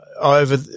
over